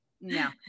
No